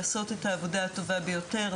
לעשות את העבודה הטובה ביותר,